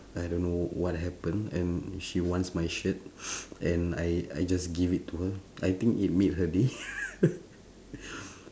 I don't know what happened and she wants my shirt and I I just give it to her I think it made her day